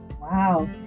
Wow